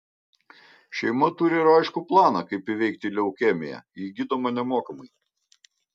šeima turi ir aiškų planą kaip įveikti leukemiją ji gydoma nemokamai